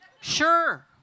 Sure